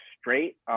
straight